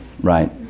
Right